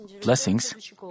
blessings